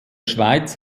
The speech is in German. schweiz